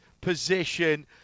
position